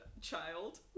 child